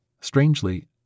Strangely